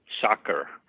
soccer